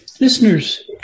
Listeners